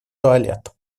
туалет